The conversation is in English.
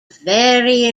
very